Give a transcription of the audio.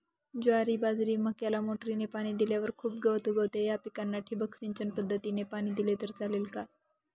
ज्वारी, बाजरी, मक्याला मोटरीने पाणी दिल्यावर खूप गवत उगवते, या पिकांना ठिबक सिंचन पद्धतीने पाणी दिले तर चालेल का?